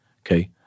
Okay